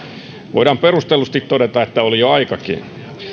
voidaan perustellusti todeta että oli jo aikakin